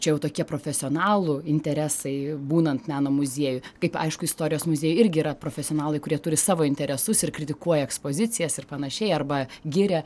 čia jau tokie profesionalų interesai būnant meno muzieju kaip aišku istorijos muziejuj irgi yra profesionalai kurie turi savo interesus ir kritikuoja ekspozicijas ir panašiai arba giria